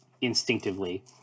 instinctively